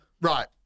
Right